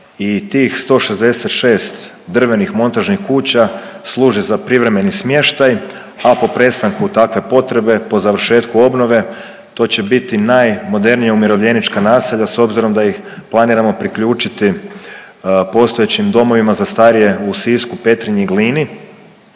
i tih 166 drvenih montažnih kuća služi za privremeni smještaj, a po prestanku takve potrebe po završetku obnove to će biti najmodernija umirovljenička naselja s obzirom da ih planiramo priključiti postojećim domovima za starije u Sisku, Petrinji i Glini.